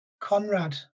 Conrad